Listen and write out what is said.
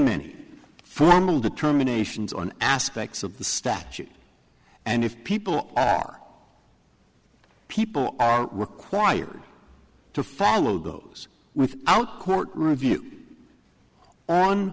many formal determinations on aspects of the statute and if people are people are required to follow those without court review on